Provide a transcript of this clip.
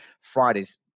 friday's